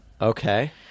Okay